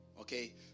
Okay